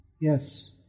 Yes